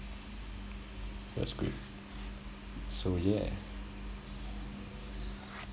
that's good so yeah